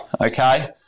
okay